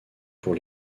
pour